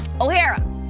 O'Hara